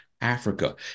Africa